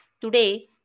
today